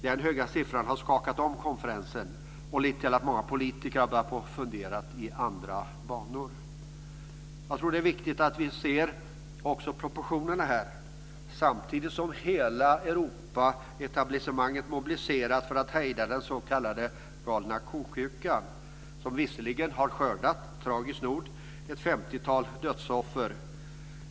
Den höga siffran har skakat om konferensen och lett till att många politiker har börjat fundera i nya banor. Jag tror också att det är viktigt att vi ser proportionerna här. Hela det europeiska etablissemanget mobiliseras för att hejda den s.k. galna ko-sjukan. Den har visserligen tragiskt nog skördat ett femtiotal dödsoffer.